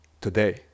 today